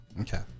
Okay